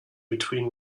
between